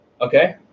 Okay